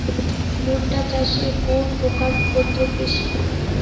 ভুট্টা চাষে কোন পোকার উপদ্রব বেশি?